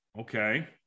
okay